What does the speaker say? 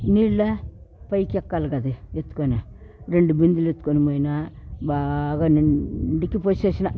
నీళ్ళ పైకెక్కాలి కదా ఎత్తుకొని రెండు బిందలు ఎత్తుకొని పోయిన బాగా నిండుగా పోసి అస్నా